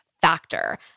Factor